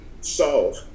solve